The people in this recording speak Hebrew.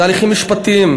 זה הליכים משפטיים.